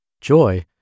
Joy